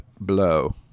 Blow